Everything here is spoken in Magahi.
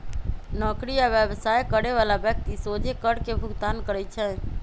नौकरी आ व्यवसाय करे बला व्यक्ति सोझे कर के भुगतान करइ छै